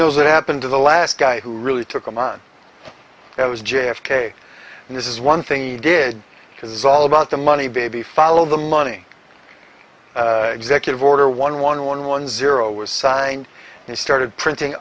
know what happened to the last guy who really took him on it was j f k and this is one thing he did because it's all about the money baby follow the money executive order one one one one zero was signed he started printing